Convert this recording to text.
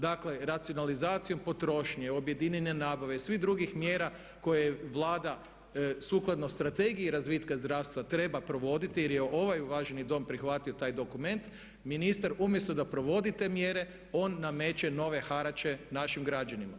Dakle racionalizacijom potrošnje objedinjene nabave i svih drugih mjera koje Vlada sukladno Strategiji razvitka zdravstva treba provoditi jer je ovaj uvaženi Dom prihvatio taj dokument ministar umjesto da provodi te mjere on nameće nove harače našim građanima.